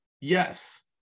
yes